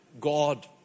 God